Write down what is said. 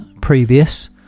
previous